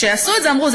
כשעשו את זה אמרו,